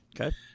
Okay